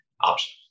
option